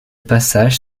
passage